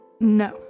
No